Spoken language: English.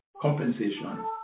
compensation